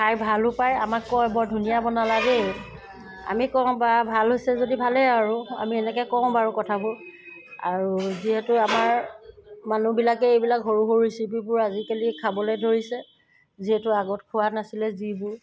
খাই ভালো পায় আমাক কয় বৰ ধুনীয়া বনালা দেই আমি কওঁ বা ভাল হৈছে যদি ভালেই আৰু আমি এনেকৈ কওঁ বাৰু কথাবোৰ আৰু যিহেতু আমাৰ মানুহবিলাকে এইবিলাক সৰু সৰু ৰেচিপিবোৰ আজিকালি খাবলৈ ধৰিছে যিহেতু আগত খোৱা নাছিলে যিবোৰ